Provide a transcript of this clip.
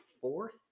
fourth